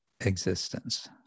existence